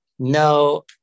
No